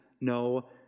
No